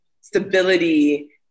stability